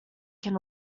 can